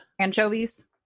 anchovies